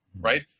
right